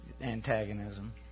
antagonism